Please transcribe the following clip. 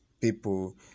people